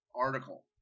article